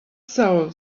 soul